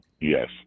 Yes